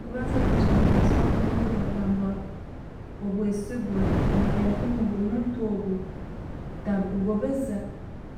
Echikubanza kwijja obumwemezi bwange omuntu bwagamba obwesigwa, manyiira kimu ngu omuntu ogwo tarikugobeza,